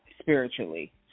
spiritually